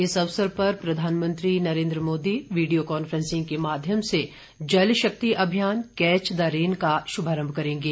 इस अवसर पर प्रधानमंत्री नरेन्द्र मोदी वीडियो कॉन्फ्रेंसिंग के माध्यम से जलशक्ति अभियान कैच द रेन का शुभारम्भ करेंगे